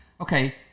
Okay